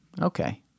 okay